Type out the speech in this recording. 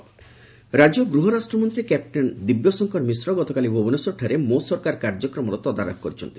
ମୋ ସରକାର ତଦାରଖ ରାଜ୍ୟ ଗୂହ ରାଷ୍ଟ୍ରମନ୍ତୀ କ୍ୟାପଟେନ୍ ଦିବ୍ୟଶଙ୍କର ମିଶ୍ର ଗତକାଲି ଭୁବନେଶ୍ୱରଠାରେ ମୋ ସରକାର କାର୍ଯ୍ୟକ୍ରମ ତଦାରଖ କରିଛନ୍ତି